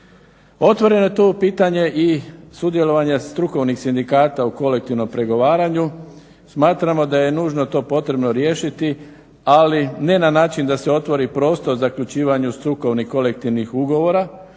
Otvoreno je tu pitanje i sudjelovanja strukovnih sindikata u kolektivnom pregovaranju. Smatramo da je nužno to potrebno riješiti, ali ne na način da se otvori prostor zaključivanju strukovnih kolektivnih ugovora,